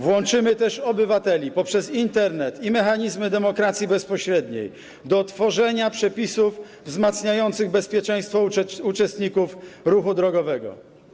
Włączymy też obywateli poprzez Internet i mechanizmy demokracji bezpośredniej do tworzenia przepisów wzmacniających bezpieczeństwo uczestników ruchu drogowego.